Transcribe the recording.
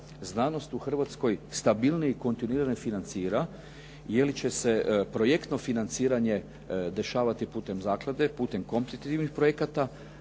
znanost u Hrvatskoj stabilnije i kontinuirano financira je li će se projektno financiranje dešavati putem zaklade, putem …/Govornik se